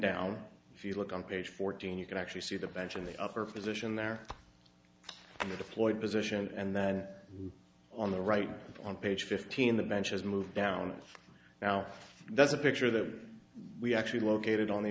down if you look on page fourteen you can actually see the bench in the upper position there in the deployed position and then on the right on page fifteen the bench is moved down now that's a picture that we actually located on the